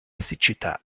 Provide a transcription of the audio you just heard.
siccità